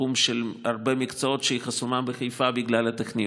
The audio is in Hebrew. לתחום של הרבה מקצועות שהיא חסומה בחיפה בגלל הטכניון.